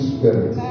Spirit